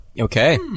Okay